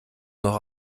noch